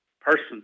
person